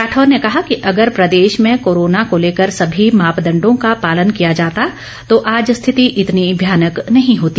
राठौर ने कहा कि अगर प्रदेश में कोरोना को लेकर सभी मापदंडों का पालन किया जाता तो आज स्थिति इतनी भयानक नहीं होती